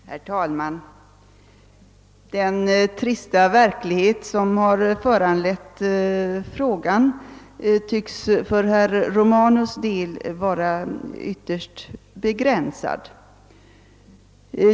Herr talman! Den trista verklighet som föranlett frågan tycks för herr Romanus” del vara ytterst begränsad.